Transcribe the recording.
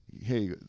Hey